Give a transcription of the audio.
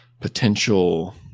potential